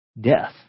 Death